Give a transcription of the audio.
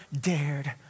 dared